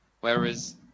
Whereas